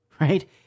right